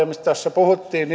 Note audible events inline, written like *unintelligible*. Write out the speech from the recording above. *unintelligible* mistä tässä puhuttiin *unintelligible*